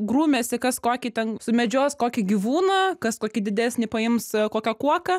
grūmėsi kas kokį ten sumedžios kokį gyvūną kas kokį didesnį paims kokią kuoką